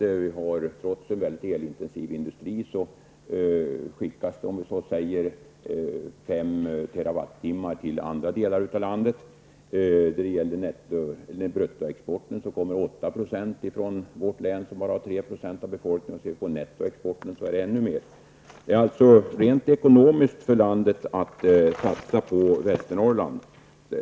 Trots en mycket elintensiv industri säljer vi 5 TWh till andra delar av landet. Då det gäller bruttoexporten kommer 8 % från vårt län, som bara har 3 % av befolkningen. När det gäller nettoexporten är det ännu mer. Det är alltså ekonomiskt för landet att satsa på Västernorrland.